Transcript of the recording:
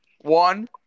One